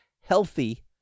healthy